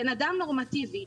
אדם נורמטיבי,